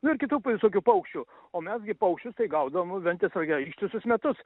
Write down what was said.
nu ir kitų p visokių paukščių o mes gi paukščius tai gaudom ventės rage ištisus metus